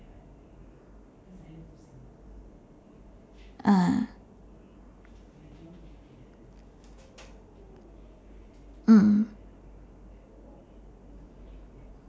ah mm